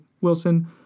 wilson